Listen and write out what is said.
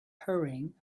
hurrying